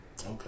Okay